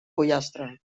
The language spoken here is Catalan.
pollastre